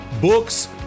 books